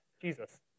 Jesus